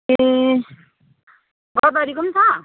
ए गदावरीको पनि छ